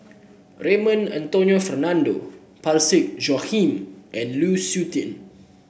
Raymond Anthony Fernando Parsick Joaquim and Lu Suitin